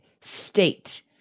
state